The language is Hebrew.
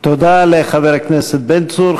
תודה לחבר הכנסת בן צור.